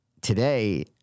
Today